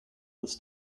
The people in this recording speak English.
this